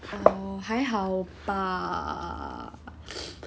oh 还好吧